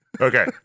Okay